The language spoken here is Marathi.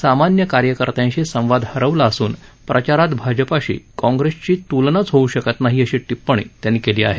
सामान्य कार्यकर्त्यांशी संवाद हरवला असून प्रचारात भाजपाशी काँग्रेसची तुलनाच होऊ शकत नाही अशी टिप्पणी त्यांनी केली आहे